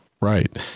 Right